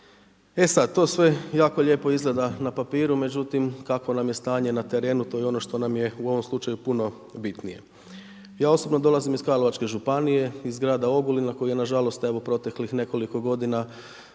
E sad to sve jako lijepo izgleda na papiru, međutim kakvo nam je stanje na terenu, to je ono što nam je u ovom slučaju puno bitnije. Ja osobno dolazim iz Karlovačke županije, iz grada Ogulina koji je nažalost evo u proteklih nekoliko godina